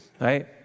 right